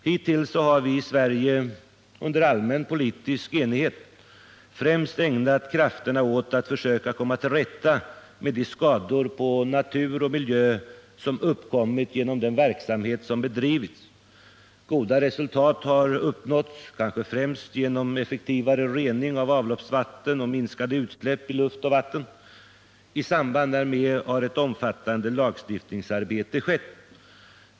Hittills har vi i Sverige under allmän politisk enighet främst ägnat krafterna åt att försöka komma till rätta med de skador på natur och miljö som uppkommit genom den verksamhet som bedrivits. Goda resultat har uppnåtts, kanske främst genom effektivare rening av avloppsvatten och minskade utsläpp i luft och vatten. I samband därmed har ett omfattande lagstiftningsarbete skett.